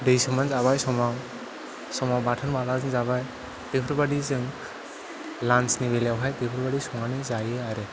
दै सोमनानै जाबाय समाव समाव बाथोन बालाजों जाबाय बेफोरबायदि जों लान्सनि बेलायाव हाय बेफोरबायदि संनानै जायो आरो